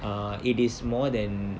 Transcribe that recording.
uh it is more than